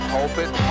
Pulpit